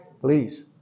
Please